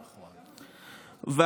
נכון, שפרינצק.